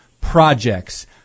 projects